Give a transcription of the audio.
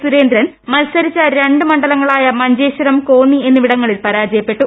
സുരേന്ദ്രൻ മത്സരിച്ച രണ്ടു മണ്ഡ്രലങ്ങളായ മഞ്ചേശ്വരം കോന്നി എന്നിവിടങ്ങളിൽ പരാജയുട്ടപ്പെട്ടു